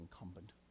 incumbent